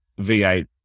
V8